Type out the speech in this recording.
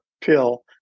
pill